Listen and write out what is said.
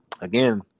again